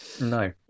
No